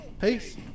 Peace